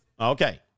Okay